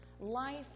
Life